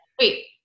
Wait